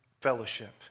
fellowship